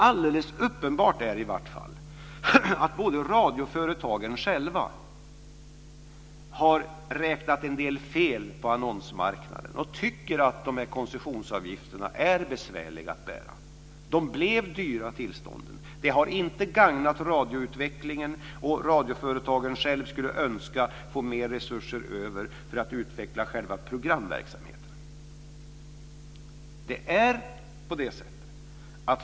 Alldeles uppenbart är det i vart fall att radioföretagen själva har räknat fel när det gäller annonsmarknaden. De tycker att koncessionsavgifterna är besvärliga att bära. Tillstånden blev dyra. Det har inte gagnat radioutvecklingen. Radioföretagen önskar att de fick mer resurser över för att utveckla programverksamheten.